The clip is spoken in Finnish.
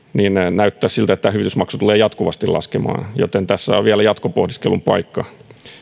näyttäisi siltä että hyvitysmaksu tulee jatkuvasti laskemaan joten tässä on vielä jatkopohdiskelun paikka